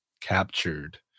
captured